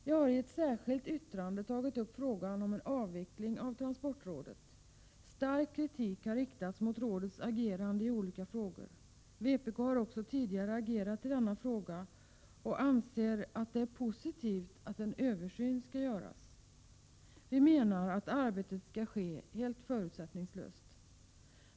Jag har i ett särskilt yttrande tagit upp frågan om en avveckling av transportrådet. Stark kritik har riktats mot rådets agerande i olika frågor. Vpk har tidigare agerat i denna fråga och anser att det är positivt att en översyn skall göras. Vi menar att arbetet skall ske helt förutsättningslöst.